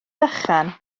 bychan